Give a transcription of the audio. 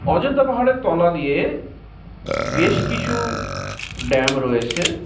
অযোধ্যা পাহাড়ের তলা দিয়ে বেশ কিছু ড্যাম রয়েছে